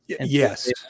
Yes